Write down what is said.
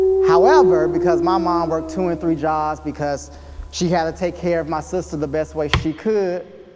however, because my mom worked two and three jobs because she had to take care of my sister the best way she could,